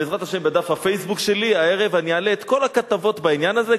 בעזרת השם בדף ה"פייסבוק" שלי הערב אני אעלה את כל הכתבות בעניין הזה.